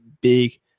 big